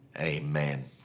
amen